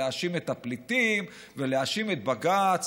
להאשים את הפליטים ולהאשים את בג"ץ,